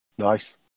Nice